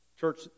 Church